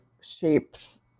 shapes